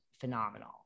phenomenal